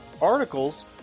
articles